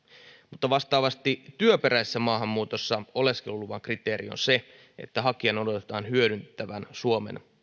mutta vastaavasti työperäisessä maahanmuutossa oleskeluluvan kriteeri on se että hakijan odotetaan hyödyttävän